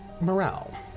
morale